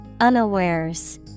unawares